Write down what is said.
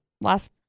last